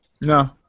No